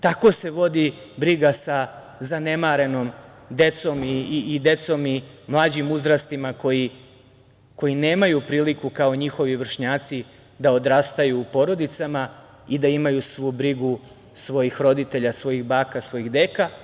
Tako se vodi briga sa zanemarenom decom i mlađim uzrastima koji nemaju priliku kao njihovi vršnjaci da odrastaju u porodicama i da imaju svu brigu svojih roditelja, svojih baka, svojih deka.